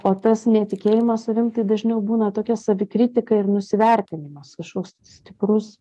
o tas netikėjimas savim tai dažniau būna tokia savikritika ir nusivertinimas kažkoks stiprus